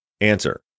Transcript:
Answer